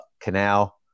canal